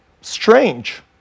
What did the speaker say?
Strange